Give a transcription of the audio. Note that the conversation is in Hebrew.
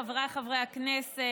חבריי חברי הכנסת,